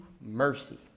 mercy